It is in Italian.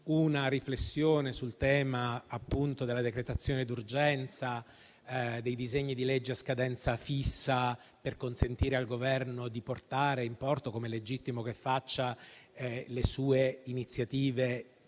una riflessione sul tema, appunto, della decretazione di urgenza e dei disegni di legge a scadenza fissa per consentire al Governo di portare in porto, come è legittimo che faccia, le sue iniziative